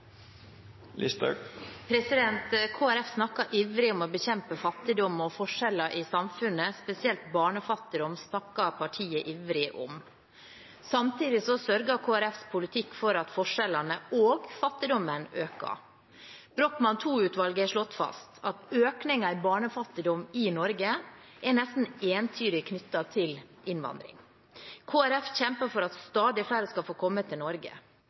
snakker ivrig om å bekjempe fattigdom og forskjeller i samfunnet. Spesielt barnefattigdom snakker partiet ivrig om. Samtidig sørger Kristelig Folkepartis politikk for at forskjellene og fattigdommen øker. Brochmann 2-utvalget har slått fast at økningen i barnefattigdom i Norge nesten entydig er knyttet til innvandring. Kristelig Folkeparti kjemper for at stadig flere skal få komme til Norge,